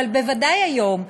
אבל בוודאי היום,